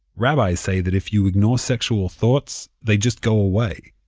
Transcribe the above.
rabbis say that if you ignore sexual thoughts, they just go away.